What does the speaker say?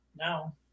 No